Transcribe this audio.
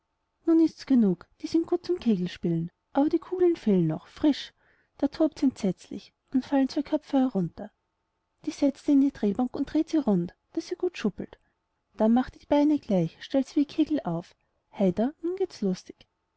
nun ists genug und die sind gut zum kegelspiel aber die kugeln fehlen noch frisch da tobts entsetzlich und fallen zwei köpfe herunter die setzt er in die drehbank und dreht sie rund daß ihr gut schüppelt dann macht er die beine gleich und stellt sie wie die kegel auf heida nun gehts lustig